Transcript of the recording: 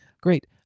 Great